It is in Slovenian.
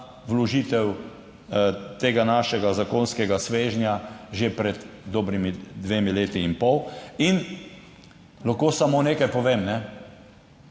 vložitev tega našega zakonskega svežnja že pred dobrima dvema letoma in pol. In lahko samo nekaj povem.